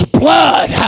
blood